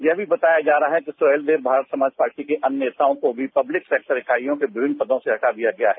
ये भी बताया जा रहा है कि सुहेलदेव ने भारत समाज पार्टी के अन्य नेताओं को भी पब्लिक सेक्टर इकाइयों के विभिन्न पदों से हटा दिया गया है